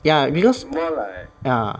ya because ya